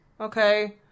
okay